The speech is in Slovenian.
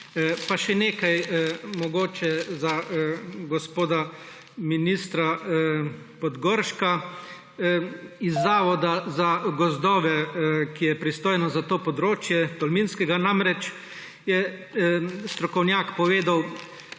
Pa še nekaj mogoče za gospoda ministra Podgorška. Z zavoda za gozdove, ki je pristojen za to področje, tolminskega namreč, je strokovnjak povedal,